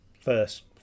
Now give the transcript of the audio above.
first